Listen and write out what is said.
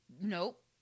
Nope